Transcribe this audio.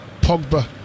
Pogba